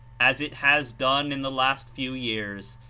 as it has done in the last few years,